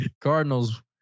Cardinals